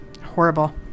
horrible